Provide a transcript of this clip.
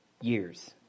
years